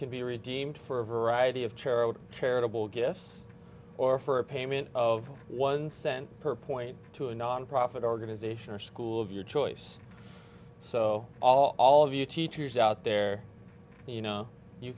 can be redeemed for a variety of charitable charitable gifts or for a payment of one cent per point to a nonprofit organization or school of your choice so all of you teachers out there you know you